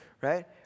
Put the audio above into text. right